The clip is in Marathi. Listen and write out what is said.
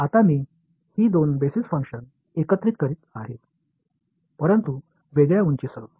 आता मी ही दोन बेसिस फंक्शन एकत्रित करीत आहे परंतु वेगळ्या उंचीसह